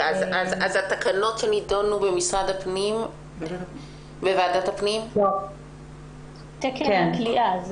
התקנות שנדונו בוועדת הפנים הן לגבי תקן הכליאה.